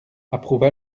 approuva